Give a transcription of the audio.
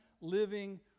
living